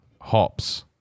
hops